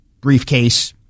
briefcase